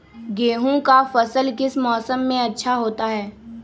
गेंहू का फसल किस मौसम में अच्छा होता है?